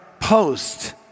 post